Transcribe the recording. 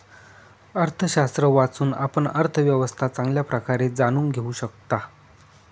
अर्थशास्त्र वाचून, आपण अर्थव्यवस्था चांगल्या प्रकारे जाणून घेऊ शकता